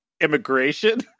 Immigration